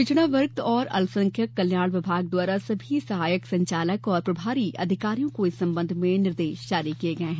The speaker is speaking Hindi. पिछड़ा वर्ग तथा अल्पसंख्यक कल्याण विभाग द्वारा सभी सहायक संचालक और प्रभारी अधिकारियों को इस संबंध में निर्देश जारी किये गये हैं